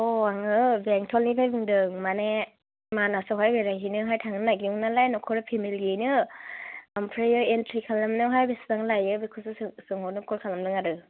आङो बेंथलनिफ्राय बुंदों माने मानास आवहाय बेरायहैनो हाय थांनो नागिरदों नालाय नखर फेमिलियैनो ओमफ्रायो इन्थ्रि खालामनायावहाय बेसेबां लायो बेखौसो सोंहरनो खल खालामदों आरो